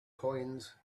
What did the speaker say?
coins